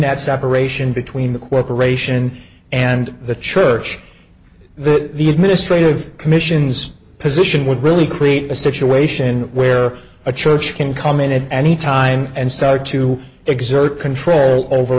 that separation between the corporation and the church that the administrative commissions position would really create a situation where a church can come in at any time and start to exert control over